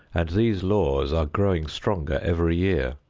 and these laws are growing stronger every year.